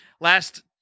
last